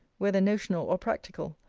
whether notional or practical,